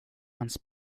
hans